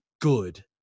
good